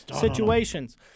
situations